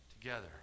together